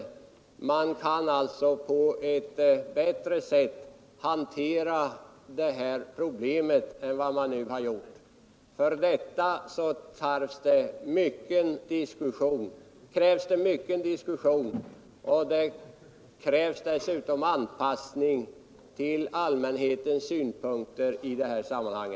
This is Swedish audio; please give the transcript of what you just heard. Därigenom hanterar man problemet på ett bättre sätt än vad man hittills har gjort. För detta tarvas emellertid mycken diskussion, och dessutom krävs det anpassning till allmänhetens synpunkter på frågan.